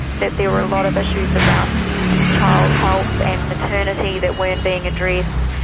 that there were a lot of issues around child health and maternity that weren't being addressed.